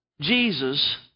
Jesus